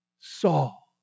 Saul